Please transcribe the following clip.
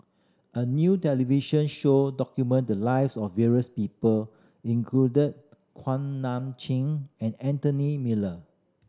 a new television show document the lives of various people included Kuak Nam Jin and Anthony Miller